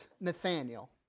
Nathaniel